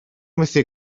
methu